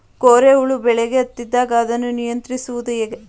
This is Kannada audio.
ಕೋರೆ ಹುಳು ಬೆಳೆಗೆ ಹತ್ತಿದಾಗ ಅದನ್ನು ನಿಯಂತ್ರಿಸುವುದು ಹೇಗೆ?